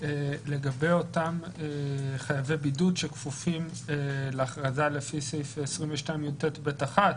לגבי אותם חייבי בידוד שכפופים להכרזה לפי סעיף 22יט(ב1),